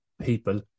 people